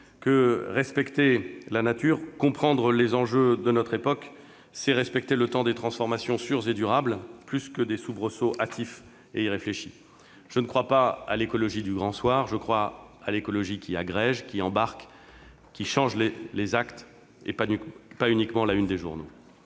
que respecter la nature, comprendre les enjeux de notre époque, c'est respecter le temps des transformations sûres et durables, plutôt que les soubresauts hâtifs et irréfléchis. Je ne crois pas à l'écologie du Grand Soir ; je crois à l'écologie qui agrège, qui embarque, qui change les actes, et pas uniquement la « une » des journaux.